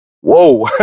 Whoa